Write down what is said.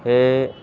সেই